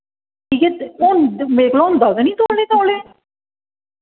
मिगी हों मेरे कोला होंदा गै निं तौले तौले